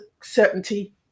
certainty